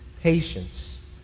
patience